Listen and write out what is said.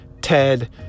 Ted